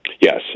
Yes